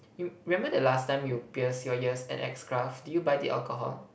you remember the last time you pierce your ears at X Craft did you buy the alcohol